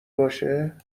باشه